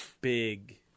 big